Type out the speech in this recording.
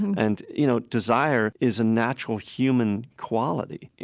and, you know, desire is a natural human quality,